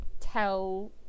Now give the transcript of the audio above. tell